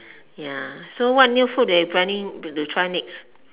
ya so what new food they planning to try next